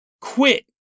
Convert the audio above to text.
quit